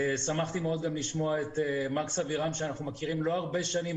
שמחתי מאוד לשמוע את מקס אבירם שאנחנו מכירים לא הרבה שנים,